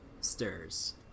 stirs